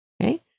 okay